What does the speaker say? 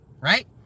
right